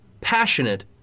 passionate